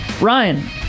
Ryan